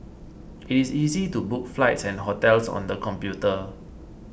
it is easy to book flights and hotels on the computer